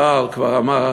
אבל כבר אמר,